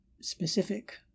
specific